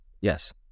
Yes